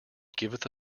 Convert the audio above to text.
giveth